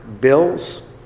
bills